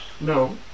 no